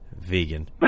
Vegan